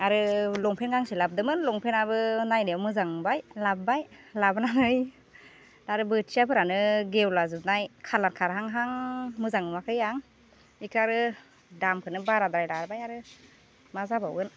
आरो लंफेन गांसे लाबोदोंमोन लंफेनाबो नायनायाव मोजां नुबाय लाबोबाय लाबोनानै आरो बोथियाफोरानो गेवलाजोबनाय खालार खारहांहां मोजां नुवाखै आं बेखौ आरो दामखौनो बाराद्राय लाबाय आरो मा जाबावगोन